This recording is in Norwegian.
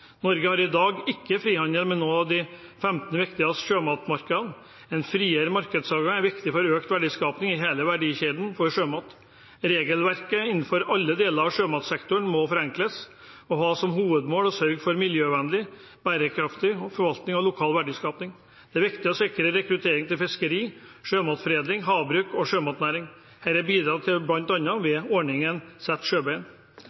Norge har i dag ikke frihandel med noen av de 15 viktigste sjømatmarkedene. En friere markedsadgang er viktig for økt verdiskaping i hele verdikjeden for sjømat. Regelverket innenfor alle deler av sjømatsektoren må forenkles og ha som hovedmål å sørge for miljøvennlig, bærekraftig forvaltning av lokal verdiskaping. Det er viktig å sikre rekruttering til fiskeri, sjømatforedling, havbruk og sjømatnæring. Dette bidrar vi til, bl.a. gjennom ordningen «Sett Sjøbein».